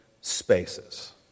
spaces